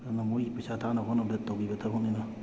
ꯑꯗꯨꯅ ꯃꯣꯏꯒꯤ ꯄꯩꯁꯥ ꯊꯥꯅꯕ ꯍꯣꯠꯅꯕꯗ ꯇꯧꯈꯤꯕ ꯊꯕꯛꯅꯤꯅ